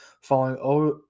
following